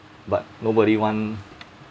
but nobody want